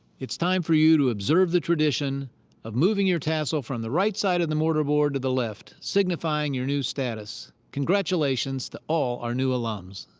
it's time for you to observe the tradition of moving your tassel from the right side of the mortar board to the left, signifying your new status. congratulations to all our new alumns.